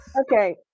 Okay